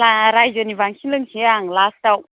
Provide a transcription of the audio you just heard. बा रायजोनि बांसिन लोंसै आं लास्टाव